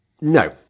No